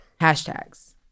hashtags